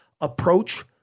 approach